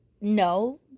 No